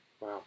Wow